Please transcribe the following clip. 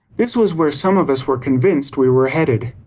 this was where some of us were convinced we were headed.